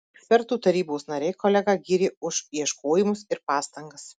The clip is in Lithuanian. ekspertų tarybos nariai kolegą gyrė už ieškojimus ir pastangas